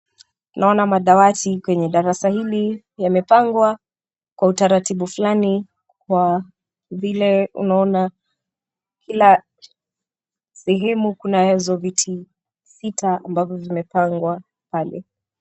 Naona madawati kwenye darasa hili yamepangwa kwa utaratibu fulani wa vile unaona sehemu kunazo viti sita ambazo vimepangwa pale.